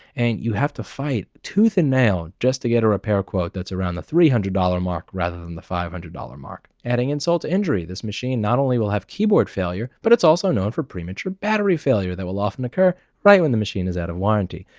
and you have to fight tooth and nail just to get a repair quote that's around the three hundred dollars mark rather than the five hundred dollars mark. adding insult to injury. this machine not only will have keyboard failure, but it's also known for premature battery failure, that will often occur right when the machine is out of warranty.